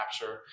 capture